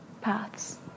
paths